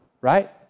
right